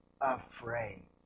afraid